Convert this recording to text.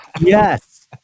yes